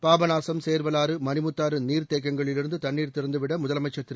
பாபநாசம் சேர்வலாறு மணிமுத்தாறு நீர்த்தேக்கங்களிலிருந்து தண்ணீர் திறந்துவிட முதலமைச்சர் திரு